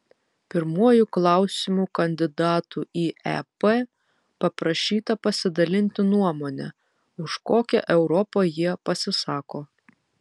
pirmuoju klausimu kandidatų į ep paprašyta pasidalinti nuomone už kokią europą jie pasisako